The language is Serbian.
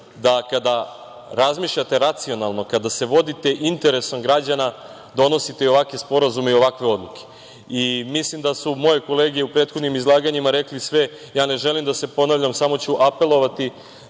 da kada razmišljate racionalno, kada se vodite interesom građana, donosite i ovakve sporazume i ovakve odluke. Mislim da su moje kolege u prethodnim izlaganjima rekli sve. Ja ne želim da se ponavljam, samo ću apelovati